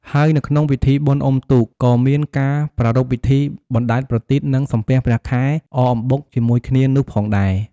ហើយនៅក្នុងពិធីបុណ្យអ៊ំុទូក ក៏មានការប្រារព្ធពិធី បណ្តែតប្រទីប និងសំពះព្រះខែ អកអំបុកជាមួយគ្នានោះផងដែរ។